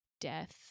death